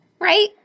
Right